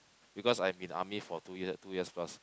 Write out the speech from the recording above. because I'm in army for two years two years plus